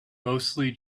mostly